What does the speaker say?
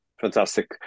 Fantastic